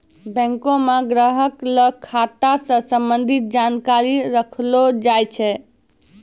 बैंको म ग्राहक ल खाता स संबंधित जानकारी रखलो जाय छै